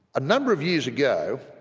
a number of years ago,